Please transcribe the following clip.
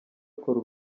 akora